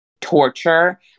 torture